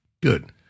Good